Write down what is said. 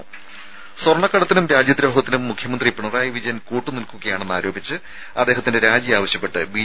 രുമ സ്വർണ്ണക്കടത്തിനും രാജ്യദ്രോഹത്തിനും മുഖ്യമന്ത്രി പിണറായി വിജയൻ കൂട്ടുനിൽക്കുകയാണെന്ന് ആരോപിച്ച് അദ്ദേഹത്തിന്റെ രാജി ആവശ്യപ്പെട്ട് ബി